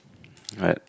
alright